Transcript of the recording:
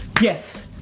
yes